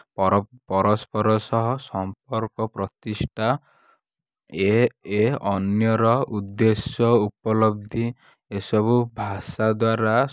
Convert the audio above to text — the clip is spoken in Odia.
ପର ପରସ୍ପର ସହ ସମ୍ପର୍କ ପ୍ରତିଷ୍ଠା ଏ ଏ ଅନ୍ୟର ଉଦ୍ଦେଶ୍ୟ ଉପଲବ୍ଧି ଏ ସବୁ ଭାଷା ଦ୍ୱାରା